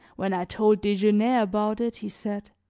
when i told desgenais about it he said